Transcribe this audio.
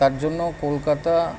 তার জন্য কলকাতা